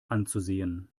anzusehen